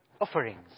offerings